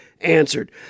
answered